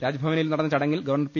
രാജ്ഭവനിൽ നടന്ന ചടങ്ങിൽ ഗവർണർ പി